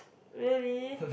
really